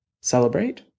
Celebrate